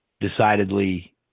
decidedly